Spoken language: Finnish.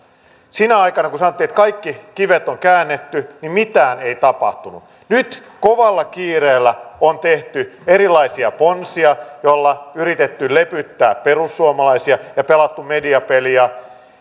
sinä aikana kun sanottiin että kaikki kivet on käännetty mitään ei tapahtunut nyt kovalla kiireellä on tehty erilaisia ponsia joilla on yritetty lepyttää perussuomalaisia ja pelattu mediapeliä